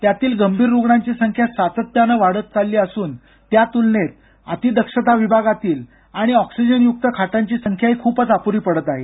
त्यातील गंभीर रुग्णांची संख्या सातत्यानं वाढत चालली असून त्या तूलनेत अतिदक्षता विभागातील आणि ऑक्सिजनयूक्त खाटांची संख्याही खूपच अप्री पडत आहे